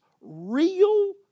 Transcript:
real